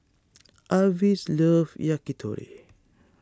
Avis loves Yakitori